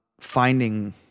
finding